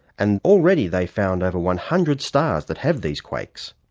and already they found over one hundred stars that have these quakes.